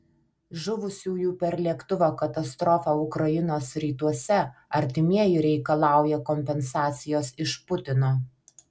žuvusiųjų per lėktuvo katastrofą ukrainos rytuose artimieji reikalauja kompensacijos iš putino